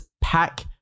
pack